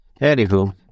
Anywho